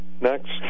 Next